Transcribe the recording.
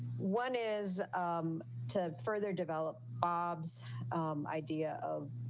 one is um to further develop bob's idea of